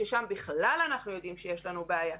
שם בכלל אנחנו יודעים שיש לנו בעיה.